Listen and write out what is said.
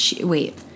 wait